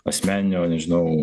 asmeninio nežinau